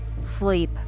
Sleep